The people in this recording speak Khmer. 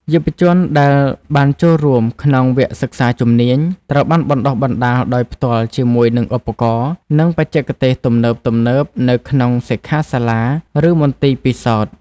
យុវជនដែលបានចូលរួមក្នុងវគ្គសិក្សាជំនាញ ត្រូវបានបណ្តុះបណ្តាលដោយផ្ទាល់ជាមួយនឹងឧបករណ៍ និងបច្ចេកទេសទំនើបៗនៅក្នុងសិក្ខាសាលា ឬមន្ទីរពិសោធន៍។